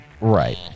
Right